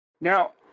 Now